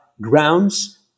grounds